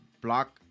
block